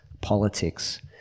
politics